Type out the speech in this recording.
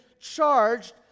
charged